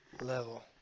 level